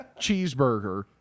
cheeseburger